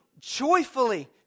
joyfully